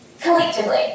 Collectively